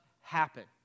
happen